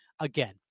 Again